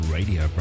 Radio